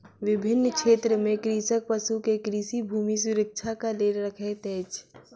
विभिन्न क्षेत्र में कृषक पशु के कृषि भूमि सुरक्षाक लेल रखैत अछि